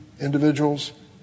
individuals